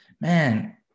Man